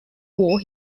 war